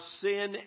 sin